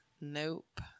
nope